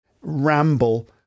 Ramble